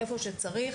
איפה שצריך.